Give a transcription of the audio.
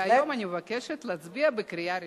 והיום אני מבקשת להצביע בקריאה ראשונה.